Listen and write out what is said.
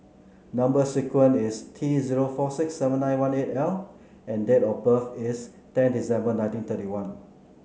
number sequence is T zero four six seven nine one eight L and date of birth is ten December nineteen thirty one